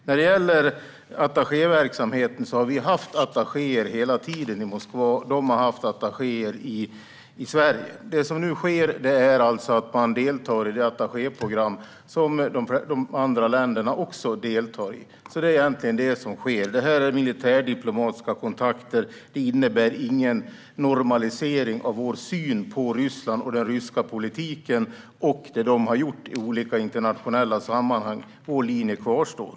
När det gäller attachéverksamheten har vi hela tiden haft attachéer i Moskva. De har haft attachéer i Sverige. Det som nu sker är alltså att man deltar i det attachéprogram som de andra länderna också deltar i. Det är egentligen det som sker. Det här är militärdiplomatiska kontakter. Det innebär ingen normalisering av vår syn på Ryssland, den ryska politiken och det de har gjort i olika internationella sammanhang. Vår linje kvarstår.